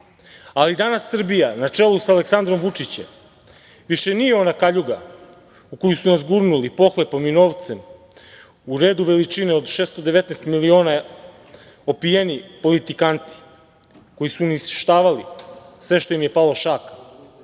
ali danas Srbija na čelu sa Aleksandrom Vučićem više nije ona kaljuga u koju su nas gurnuli pohlepom i novcem u redu veličine od 619 miliona opijeni politikanti, koji su uništavali sve što im je palo šaka.